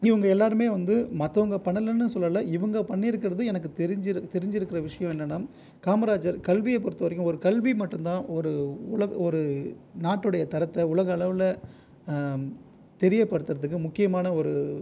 இவங்க எல்லாேருமே வந்து மற்றவங்க பண்ணுலைன்னு சொல்லுலை இவங்க பண்ணி இருக்கிறது எனக்கு தெரிஞ்சுருக்கிற விஷயம் என்னென்னா காமராஜர் கல்வியைப் பொறுத்தவரைக்கும் ஒரு கல்வி மட்டும் தான் ஒரு நாட்டுடைய தரத்தை உலக அளவில் தெரியப்படுத்துறதுக்கு முக்கியமான ஒரு